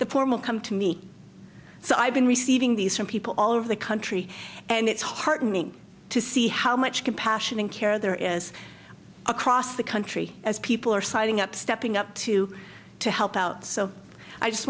the formal come to meet so i've been receiving these from people all over the country and it's heartening to see how much compassion and care there is across the country as people are signing up stepping up to to help out so i just